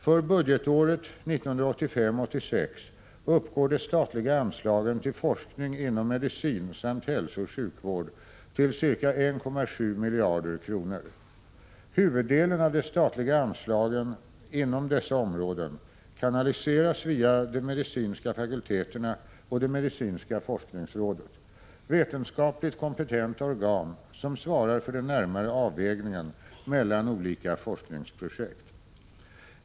För budgetåret 1985/86 uppgår de statliga anslagen till forskning inom medicin samt hälsooch sjukvård till ca 1,7 miljarder kronor. Huvuddelen av de statliga anslagen inom dessa områden kanaliseras via de medicinska fakulteterna och det medicinska forskningsrådet — vetenskapligt kompetenta organ som svarar för den närmare avvägningen mellan olika forskningsprojekt.